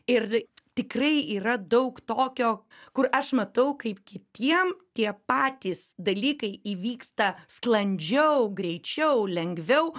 ir tikrai yra daug tokio kur aš matau kaip kitiem tie patys dalykai įvyksta sklandžiau greičiau lengviau